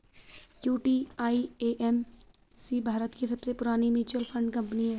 UTI AMC Bharat की सबसे पुरानी म्यूचुअल फंड कंपनी है